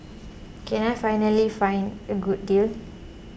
can I find ally find a good deal